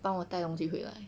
帮我带东西回来